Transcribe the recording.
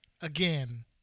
again